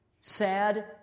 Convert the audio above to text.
sad